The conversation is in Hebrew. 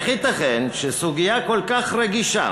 איך ייתכן שסוגיה כל כך רגישה